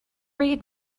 read